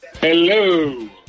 Hello